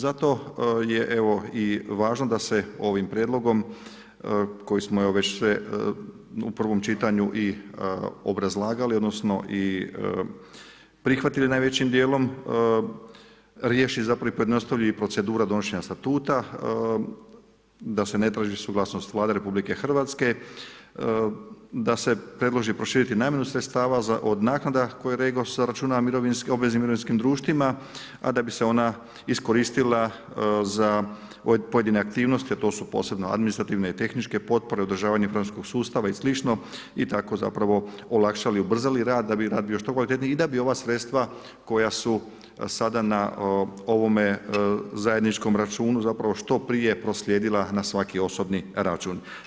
Zato je evo i važno da se ovim prijedlogom koji smo već sve i u prvom čitanju i obrazlagali odnosno i prihvatili najvećim djelom, … procedura donošenja statuta, da se ne traži suglasnost Vlade RH, da se predložiti proširiti namjenu sredstava od naknada koje REGOS računa u obveznim mirovinskim društvima a da bi se ona iskoristila za pojedine aktivnosti a to su posebno administrativne i tehničke potpore, održavanje financijskog sustava i sl. i tako zapravo olakšali, ubrzali da bi rad bio što kvalitetniji i da bu ova sredstva koja su sada na ovome zajedničkom računu zapravo što prije proslijedila na svaki osobni račun.